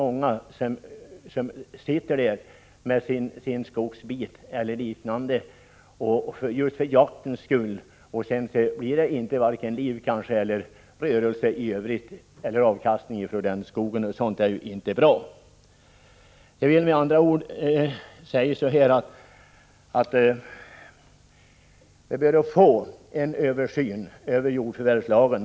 Många människor har litet markskifte i skogen just för jaktens skull. Men sedan kanske det inte blir vare sig liv eller rörelse i övrigt på fastigheten. Det kanske inte heller blir någon skötsel och avverkning av skogen i fråga, och sådant är ju inte bra. Med andra ord: Vi behöver få en översyn av jordförvärvslagen.